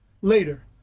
Later